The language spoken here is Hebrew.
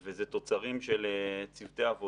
לא יודע בדיוק את המספר וזה תוצרים של צוותי עבודה,